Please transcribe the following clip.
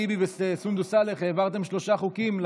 טיבי וסונדוס סאלח העברתם שלושה חוקים,